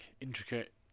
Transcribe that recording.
intricate